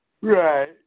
Right